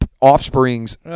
offspring's